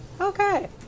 Okay